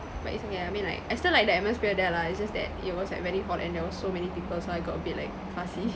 but it's okay lah I mean like I still like the atmosphere there lah it's just that it was like very hot and there were so many people so I got a bit like fussy